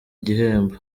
igihembo